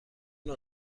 نوع